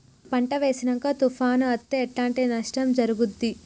పంట వేసినంక తుఫాను అత్తే ఎట్లాంటి నష్టం జరుగుద్ది?